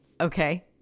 Okay